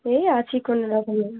ওই আছি কোনো রকমে